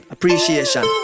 Appreciation